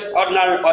ordinary